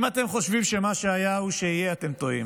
אם אתם חושבים שמה שהיה הוא שיהיה, אתם טועים.